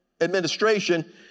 administration